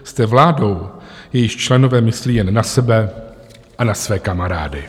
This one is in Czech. Jste vládou, jejíž členové myslí jen na sebe a na své kamarády.